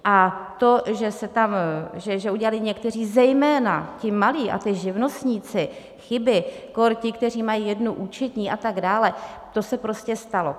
A to, že udělali někteří, zejména ti malí a ti živnostníci, chyby, kór ti, kteří mají jednu účetní a tak dále, to se prostě stalo.